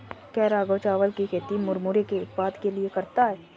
क्या राघव चावल की खेती मुरमुरे के उत्पाद के लिए करता है?